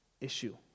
issue